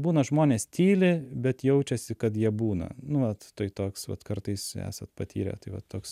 būna žmonės tyli bet jaučiasi kad jie būna nu vat tai toks vat kartais esat patyrę tai va toks